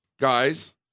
guys